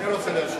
אני רוצה להשיב.